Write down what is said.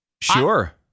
Sure